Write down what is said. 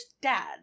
dad